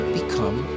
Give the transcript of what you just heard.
become